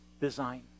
design